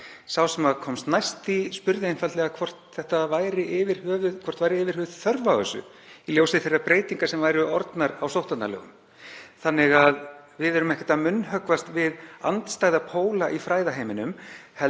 Sá sem komst næst því spurði einfaldlega hvort væri yfir höfuð þörf á þessu í ljósi þeirra breytinga sem væru orðnar á sóttvarnalögum. Við erum ekki að munnhöggvast við andstæða póla í fræðaheiminum heldur